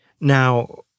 Now